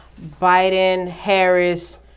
Biden-Harris